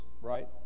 right